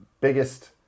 biggest